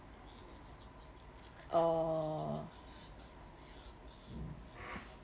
oh